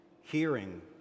hearing